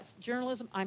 journalism